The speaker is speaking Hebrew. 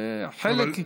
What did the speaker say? וחלק,